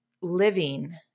living